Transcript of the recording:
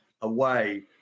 away